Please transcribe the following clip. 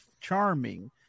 charming